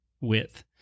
width